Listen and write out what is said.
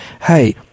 hey